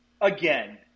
Again